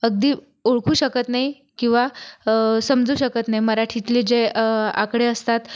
अगदी ओळखू शकत नाही किंवा समजू शकत नाही मराठीतले जे आकडे असतात